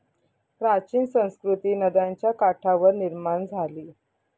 प्राचीन संस्कृती नद्यांच्या काठावर निर्माण झाली